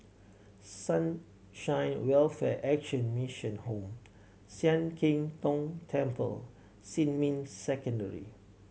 Sunshine Welfare Action Mission Home Sian Keng Tong Temple Xinmin Secondary